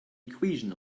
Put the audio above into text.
equation